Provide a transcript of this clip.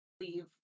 leave